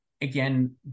again